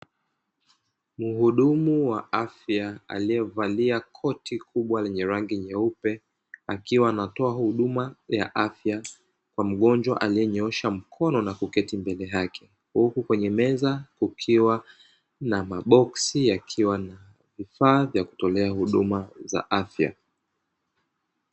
Muhudumu wa afya aliyevalia koti kubwa lenye rangi nyeupe, akiwa anatoa huduma ya afya kwa mgonjwa aliyenyoosha mkono na kuketi mbele yake, huku kwenye meza kukiwa na maboksi yakiwa na vifaa vya kutolea huduma za afya.